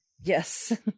yes